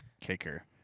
kicker